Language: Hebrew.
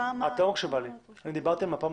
אני מדבר על מפה מצבית.